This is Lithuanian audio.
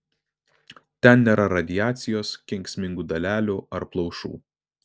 ten nėra radiacijos kenksmingų dalelių ar plaušų